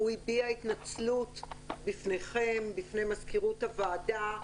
הוא הביע התנצלות בפניכם, בפני מזכירות הוועדה.